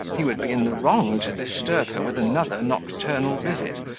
he would be in the wrong to disturb her with another nocturnal visit,